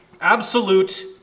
absolute